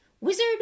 Wizard